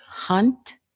Hunt